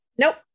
nope